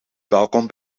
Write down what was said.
welkom